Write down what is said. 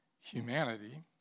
humanity